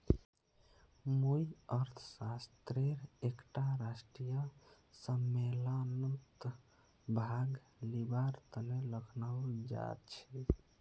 मुई अर्थशास्त्रेर एकटा राष्ट्रीय सम्मेलनत भाग लिबार तने लखनऊ जाछी